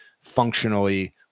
functionally